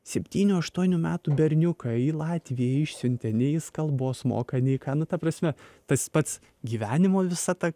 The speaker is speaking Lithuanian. septynių aštuonių metų berniuką į latviją išsiuntė nei jis kalbos moka nei ką nu ta prasme tas pats gyvenimo visa ta